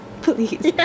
Please